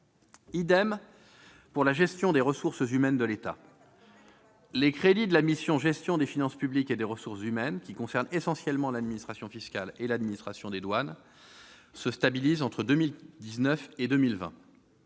de la gestion des ressources humaines de l'État : les crédits de la mission « Gestion des finances publiques et des ressources humaines », qui concernent essentiellement l'administration fiscale et l'administration des douanes, se stabilisent entre 2019 et 2020,